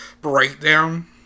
breakdown